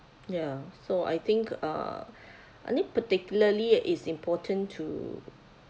ya so I think uh I think particularly it's important to